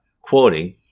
quoting